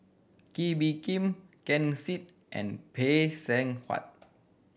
Kee Bee Khim Ken Seet and Phay Seng Whatt